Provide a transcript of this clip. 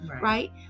right